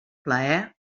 plaer